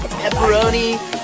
pepperoni